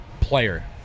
player